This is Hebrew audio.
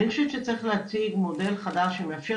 אני חושבת שצריך להציג מודל חדש שמאפשר